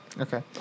Okay